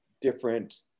different